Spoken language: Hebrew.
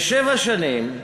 בשבע שנים,